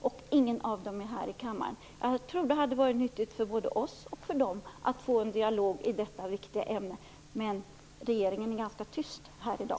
Ingen av dem är här i kammaren. Jag tror att det hade varit nyttigt för både oss och dem att få en dialog i detta viktiga ämne. Men regeringen är ganska tyst här i dag.